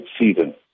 season